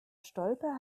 stolpe